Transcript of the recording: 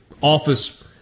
Office